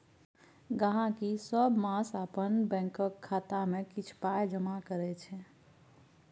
गहिंकी सब मास अपन बैंकक खाता मे किछ पाइ जमा करै छै